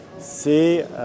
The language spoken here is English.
C'est